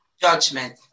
Judgment